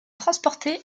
transportés